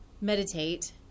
meditate